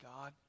God